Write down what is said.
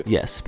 Yes